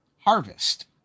Harvest